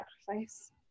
sacrifice